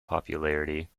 popularity